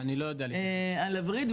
על הווריד,